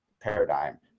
paradigm